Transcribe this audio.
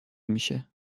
میشه